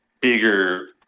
bigger